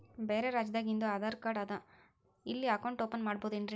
ಬ್ಯಾರೆ ರಾಜ್ಯಾದಾಗಿಂದು ಆಧಾರ್ ಕಾರ್ಡ್ ಅದಾ ಇಲ್ಲಿ ಅಕೌಂಟ್ ಓಪನ್ ಮಾಡಬೋದೇನ್ರಿ?